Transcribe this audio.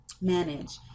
manage